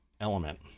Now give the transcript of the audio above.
element